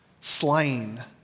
slain